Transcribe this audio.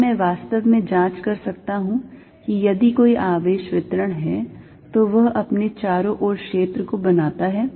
क्या मैं वास्तव में जांच कर सकता हूं कि यदि कोई आवेश वितरण है तो वह अपने चारों ओर क्षेत्र को बनाता है